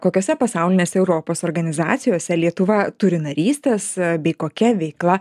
kokiose pasaulinėse europos organizacijose lietuva turi narystes bei kokia veikla